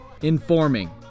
informing